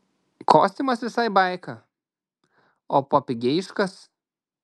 kostiumas visai baika o papigeišikas